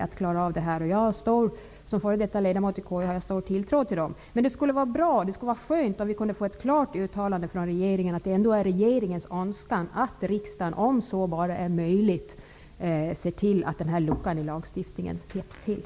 Som före detta ledamot av konstitutionsutskottet har jag stor tilltro till dem. Men det skulle vara bra och det skulle vara skönt om vi kunde få ett klart uttalande från regeringen att det ändå är regeringens önskan att riksdagen om så bara är möjligt ser till att den här luckan i lagstiftningen täpps till.